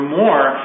more